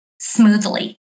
smoothly